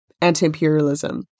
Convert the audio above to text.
anti-imperialism